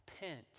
repent